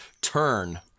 turn